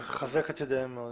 מחזק את ידיהם.